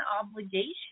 obligation